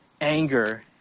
anger